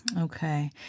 Okay